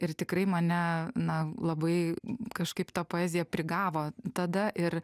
ir tikrai mane na labai kažkaip ta poezija prigavo tada ir